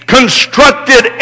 constructed